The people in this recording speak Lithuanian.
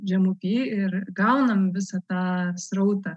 žemupy ir gaunam visą tą srautą